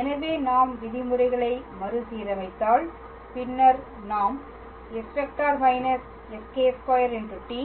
எனவே நாம் விதிமுறைகளை மறுசீரமைத்தால் பின்னர் நாம் s ⃗− sκ2t